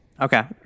Okay